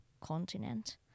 continent